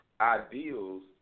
ideals